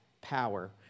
power